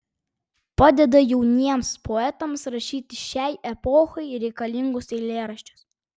padeda jauniems poetams rašyti šiai epochai reikalingus eilėraščius